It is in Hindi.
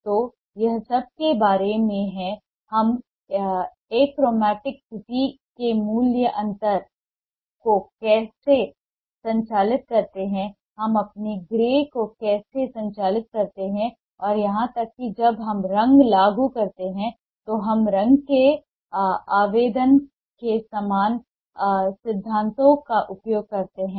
तो यह सब के बारे में है हम एक्रोमैटिक स्थिति में मूल्य अंतर को कैसे संचालित करते हैं हम अपने ग्रे को कैसे संचालित करते हैं और यहां तक कि जब हम रंग लागू करते हैं तो हम रंग के आवेदन के समान सिद्धांतों का उपयोग करते हैं